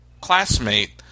classmate